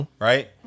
Right